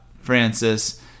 Francis